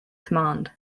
command